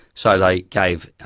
so they gave